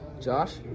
Josh